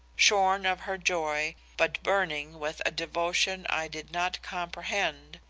shorn of her joy but burning with a devotion i did not comprehend,